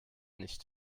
nicht